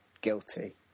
guilty